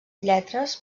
lletres